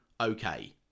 okay